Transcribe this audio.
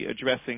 addressing